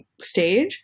stage